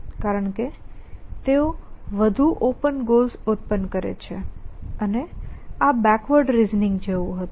કારણ કે તેઓ વધુ ઓપન ગોલ્સ ઉત્પન્ન કરે છે અને આ બેકવર્ડ રિઝનિંગ જેવું હતું